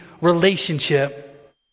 relationship